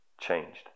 changed